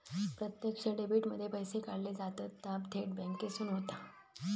प्रत्यक्ष डेबीट मध्ये पैशे काढले जातत ता थेट बॅन्केसून होता